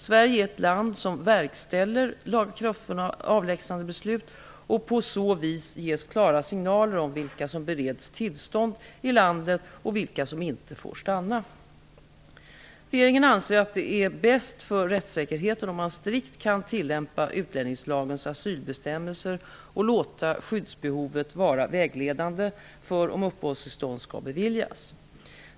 Sverige är ett land som verkställer lagakraftvunna avlägsnandebeslut och på så vis ges klara signaler om vilka som bereds tillstånd i landet och vilka som inte får stanna. Regeringen anser att det är bäst för rättssäkerheten om man strikt kan tillämpa utlänningslagens asylbestämmelser och låta skyddsbehovet vara vägledande för om upphållstillstånd skall beviljas.